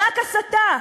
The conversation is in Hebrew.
רק הסתה.